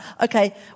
Okay